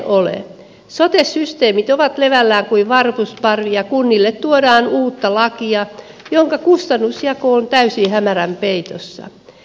sote systeemit ovat levällään kuin varpusparvi ja kunnille tuodaan uutta lakia jonka kustannusjako on täysin hämärän peitossa